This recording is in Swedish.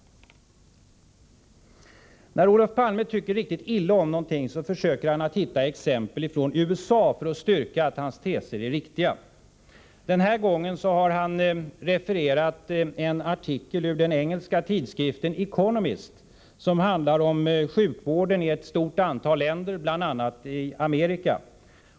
När Olof Palme tycker riktigt illa om någonting försöker han hitta exempel från USA för att styrka att hans teser är riktiga. Denna gång har han refererat en artikel ur den engelska tidskriften Economist som handlar om sjukvården i ett stort antal länder, bl.a. Amerika.